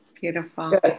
Beautiful